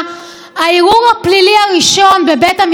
הערעור הפלילי הראשון בבית המשפט העליון,